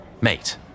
mate